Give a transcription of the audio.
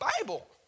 Bible